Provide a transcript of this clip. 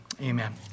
amen